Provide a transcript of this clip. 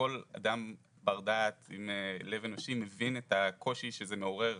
שכל אדם בר דעת עם לב אנושי מבין את הקושי שזה מעורר,